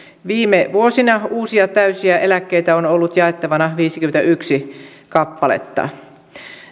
viime vuosina uusia täysiä eläkkeitä on ollut jaettavana viisikymmentäyksi kappaletta